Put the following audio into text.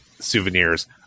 souvenirs